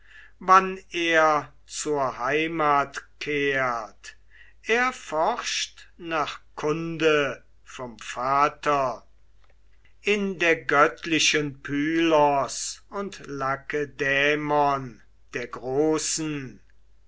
wann er zur heimat kehrt er forscht nach kunde vom vater in der göttlichen pylos und lakedaimon der großen